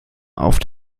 auf